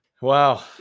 Wow